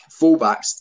fullbacks